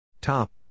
Top